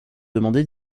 demander